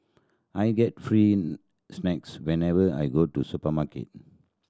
I get free snacks whenever I go to supermarket